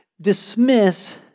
dismiss